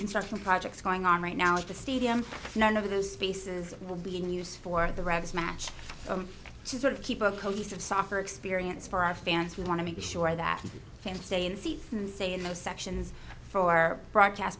construction projects going on right now at the stadium none of those spaces will be in use for the revs match some to sort of keep a cohesive software experience for our fans we want to make sure that we can stay in seats and stay in those sections for broadcast